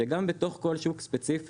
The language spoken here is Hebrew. שגם בתוך כל שוק ספציפי,